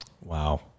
Wow